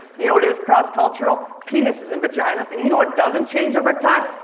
you know what is cross-cultural? penises and vaginas. and you know what doesn't change over time?